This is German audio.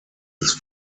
des